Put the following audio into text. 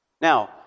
Now